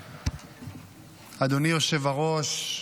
אדוני היושב-ראש,